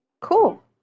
Cool